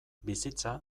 bizitza